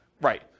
Right